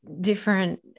different